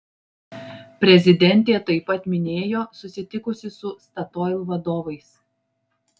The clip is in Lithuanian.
prezidentė taip pat minėjo susitikusi su statoil vadovais